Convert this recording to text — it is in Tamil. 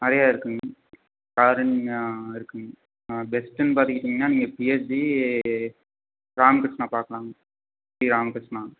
நிறையா இருக்குதுங்க காருண்யா இருக்குதுங்க பெஸ்ட்டுன்னு பார்த்துக்கிட்டிங்கன்னா நீங்கள் பிஎஸ்ஜி ராமகிருஷ்ணா பார்க்கலாங்க ஸ்ரீ ராமகிருஷ்ணா